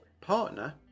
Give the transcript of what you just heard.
partner